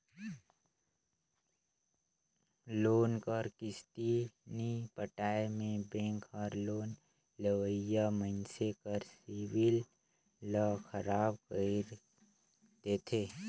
loan कर किस्ती नी पटाए में बेंक हर लोन लेवइया मइनसे कर सिविल ल खराब कइर देथे